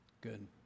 Good